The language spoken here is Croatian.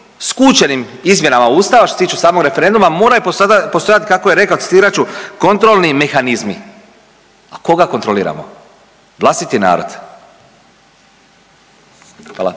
izmjenama Ustava što se tiče samog referenduma moraju postojati kako je rekao citirat ću „kontrolni mehanizmi“. A koga kontroliramo? Vlastiti narod.